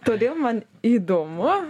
todėl man įdomu